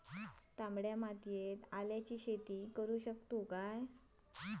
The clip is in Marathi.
तामड्या मातयेत आल्याचा शेत करु शकतू काय?